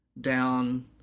down